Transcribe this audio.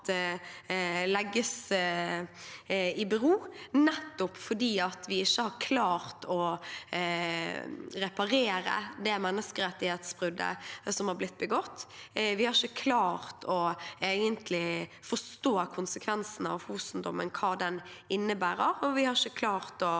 legges i bero nettopp fordi vi ikke har klart å reparere det menneskerettighetsbruddet som har blitt begått. Vi har egentlig ikke klart å forstå konsekvensen av Fosen-dommen, hva den innebærer, og vi har ikke klart å